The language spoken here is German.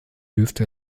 dürfte